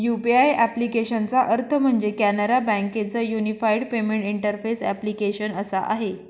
UPI ॲप्लिकेशनचा अर्थ म्हणजे, कॅनरा बँके च युनिफाईड पेमेंट इंटरफेस ॲप्लीकेशन असा आहे